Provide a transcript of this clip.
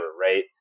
right